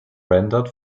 rendered